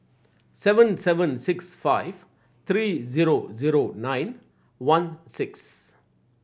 seven seven six five three zero zero nine one six